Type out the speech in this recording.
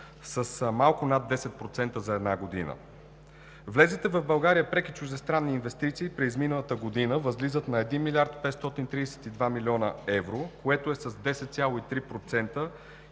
с малко над 10% за една година. Влезлите в България преки чуждестранни инвестиции през изминалата година възлизат на 1 млрд. 532 млн. евро, което е с 10,3%